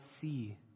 see